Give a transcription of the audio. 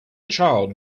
child